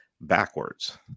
backwards